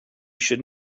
should